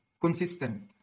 consistent